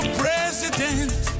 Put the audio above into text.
president